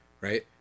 right